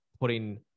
putting